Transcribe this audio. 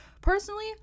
personally